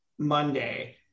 Monday